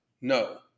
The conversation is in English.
no